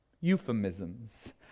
euphemisms